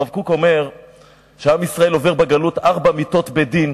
הרב קוק אומר שעם ישראל עובר בגלות ארבע מיתות בדין,